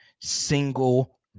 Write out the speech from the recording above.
single